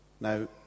Now